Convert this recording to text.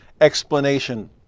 explanation